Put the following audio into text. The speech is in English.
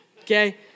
okay